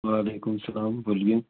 وعلیکم السلام بولیے